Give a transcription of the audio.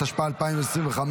התשפ"ה 2025,